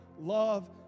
love